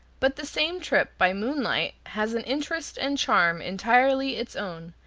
but the same trip by moonlight has an interest and charm entirely its own,